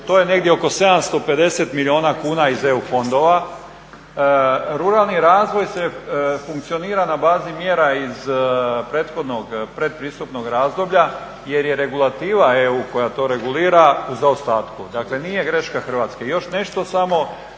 To je negdje oko 750 milijuna kuna iz eu fondova. Ruralni razvoj funkcionira na bazi mjera iz prethodnog pretpristupnog razdoblja jer je regulativa eu koja to regulira u zaostatku. Dakle nije greška Hrvatske. I još nešto samo,